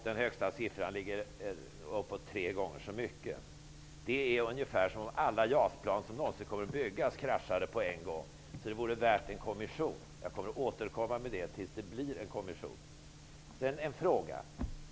Den högsta siffran ligger på ungefär tre gånger så mycket. Det är som om alla JAS-plan som någonsin kommer att byggas skulle krascha på en gång. Det vore värt en kommission. Jag kommer att återkomma till det tills det blir en kommission. Sedan en fråga.